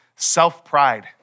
self-pride